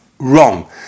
Wrong